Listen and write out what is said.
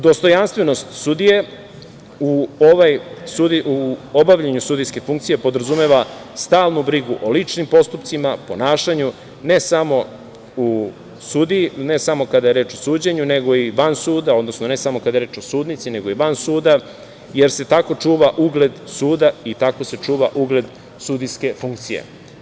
Dostojanstvenost sudije u obavljanju sudijske funkcije podrazumeva stalnu brigu o ličnim postupcima, ponašanju, ne samo kada je reč o suđenju, nego i van suda, odnosno ne samo kada je reč o sudnici nego i van suda, jer se tako čuva ugled suda i tako se čuva ugled sudijske funkcije.